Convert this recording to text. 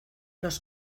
los